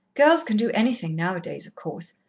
girls can do anything now-a-days, of course.